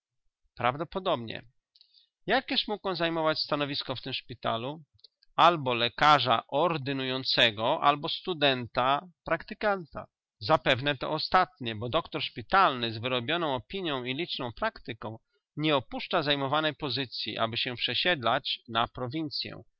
prawdopodobnie jakież mógł on zajmować stanowisko w tym szpitalu albo lekarza ordynującego albo studenta praktykanta zapewne to ostatnie bo doktor szpitalny z wyrobioną opinią i liczną praktyką nie opuszcza zajmowanej pozycyi aby się przesiedlać na prowincyę